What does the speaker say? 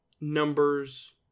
numbers